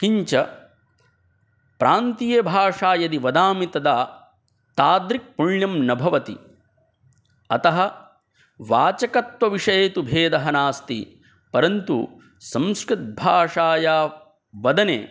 किञ्च प्रान्तीयभाषा यदि वदामि तदा तादृक् पुण्यं न भवति अतः वाचकत्वविषये तु भेदः नास्ति परन्तु संस्कृतभाषा वदने